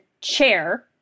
chair